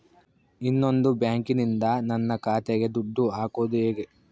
ಇನ್ನೊಂದು ಬ್ಯಾಂಕಿನಿಂದ ನನ್ನ ಖಾತೆಗೆ ದುಡ್ಡು ಹಾಕೋದು ಹೇಗೆ?